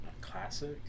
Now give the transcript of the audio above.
Classic